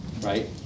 right